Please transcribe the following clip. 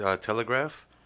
Telegraph